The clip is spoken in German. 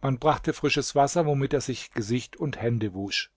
man brachte frisches wasser womit er sich gesicht und hände wusch